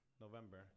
November